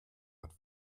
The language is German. hat